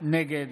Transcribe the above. נגד